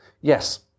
yes